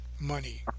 money